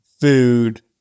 food